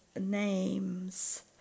names